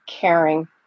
caring